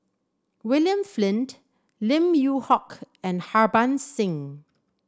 William Flint Lim Yew Hock and Harbans Singh